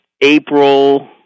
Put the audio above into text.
April